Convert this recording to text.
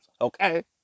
Okay